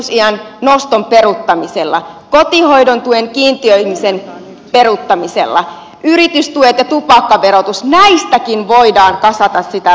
oppivelvollisuusiän noston peruuttaminen kotihoidon tuen kiintiöimisen peruuttaminen yritystuet ja tupakkaverotus näistäkin voidaan kasata sitä rahoitusta